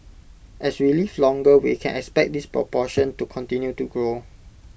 as we live longer we can expect this proportion to continue to grow